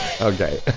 Okay